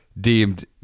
Deemed